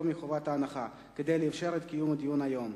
מחובת הנחה כדי לאפשר את קיום הדיון היום.